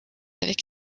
avec